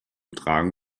tragen